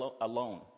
alone